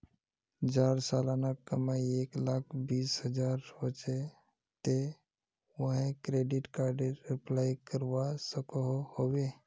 जहार सालाना कमाई एक लाख बीस हजार होचे ते वाहें क्रेडिट कार्डेर अप्लाई करवा सकोहो होबे?